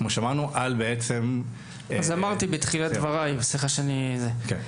אז אמרתי תחילת דבריי, סליחה שאני קוטע,